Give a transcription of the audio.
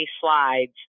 slides